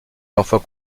parfois